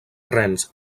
rens